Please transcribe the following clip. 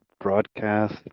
broadcast